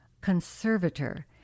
Conservator